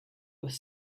with